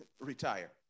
retire